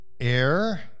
Air